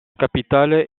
capitale